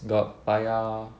got paya